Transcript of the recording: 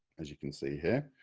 as you can see here,